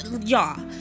y'all